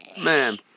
man